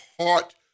heart